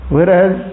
Whereas